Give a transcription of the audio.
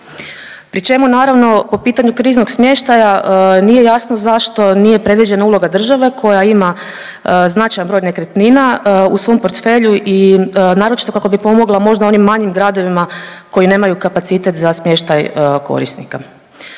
pri čemu naravno po pitanju kriznog smještaja nije jasno zašto nije predviđena uloga države koja ima značajan broj nekretnina u svom portfelju i naročito kako bi pomogla možda onim manjim gradovima koji nemaju kapacitet za smještaj korisnika.